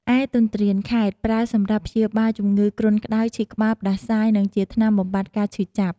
ឯទន្ទ្រានខែត្រ ប្រើសម្រាប់ព្យាបាលជំងឺគ្រុនក្ដៅ ឈឺក្បាល ផ្តាសាយ និងជាថ្នាំបំបាត់ការឈឺចាប់។